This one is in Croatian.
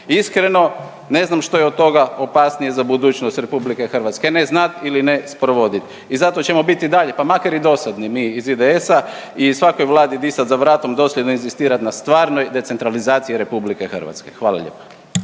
iskreno ne znam što je od toga opasnije za budućnost RH ne znat ili ne sprovodit. I zato ćemo biti i dalje pa makar i dosadni mi iz IDS-a i svakoj vladi disat za vratom, dosljedno inzistirat na stvarnoj decentralizaciji RH. Hvala lijepo.